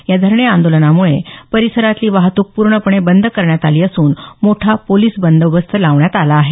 या धरणे आंदोलनामुळे परिसरातली वाहतूक पूर्णपणे बंद करण्यात आली असून मोठा पोलिस बंदोबस्त लावण्यात आला आहे